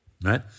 right